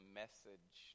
message